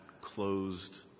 closed